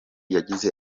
yagize